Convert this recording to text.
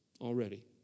already